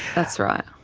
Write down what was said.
that's right.